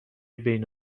بین